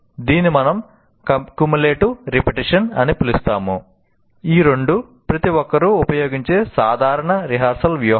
ఈ రెండూ ప్రతి ఒక్కరూ ఉపయోగించే సాధారణ రిహార్సల్ వ్యూహాలు